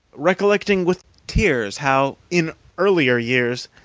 recollecting with tears how, in earlier years,